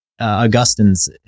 augustine's